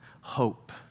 hope